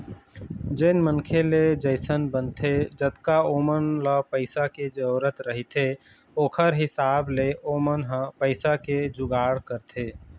जेन मनखे ले जइसन बनथे जतका ओमन ल पइसा के जरुरत रहिथे ओखर हिसाब ले ओमन ह पइसा के जुगाड़ करथे